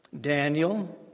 Daniel